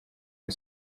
and